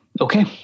Okay